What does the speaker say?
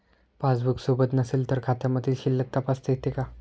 Passbook सोबत नसेल तर खात्यामधील शिल्लक तपासता येते का?